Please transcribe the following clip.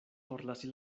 forlasi